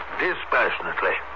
dispassionately